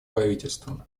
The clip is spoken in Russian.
правительствам